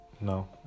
No